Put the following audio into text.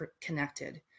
connected